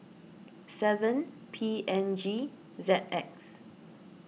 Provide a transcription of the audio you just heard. seven P N G Z X